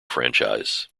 franchise